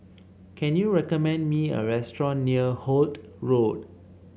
can you recommend me a restaurant near Holt Road